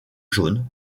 jaune